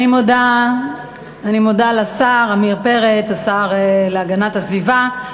אני מודה לשר עמיר פרץ, השר להגנת הסביבה.